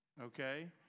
Okay